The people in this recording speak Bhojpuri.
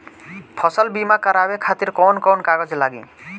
फसल बीमा करावे खातिर कवन कवन कागज लगी?